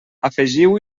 afegiu